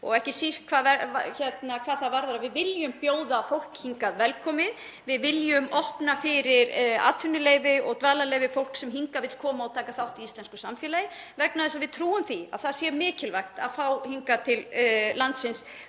og ekki síst hvað það varðar að við viljum bjóða fólk hingað velkomið. Við viljum opna fyrir atvinnuleyfi og dvalarleyfi fyrir fólk sem vill koma hingað og taka þátt í íslensku samfélagi vegna þess að við trúum því að það sé mikilvægt að fá hingað til landsins